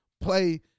play